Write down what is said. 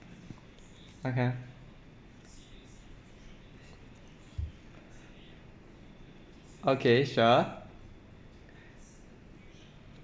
okay okay sure